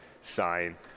sign